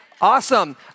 Awesome